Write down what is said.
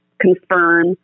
confirm